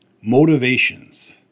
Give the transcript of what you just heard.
Motivations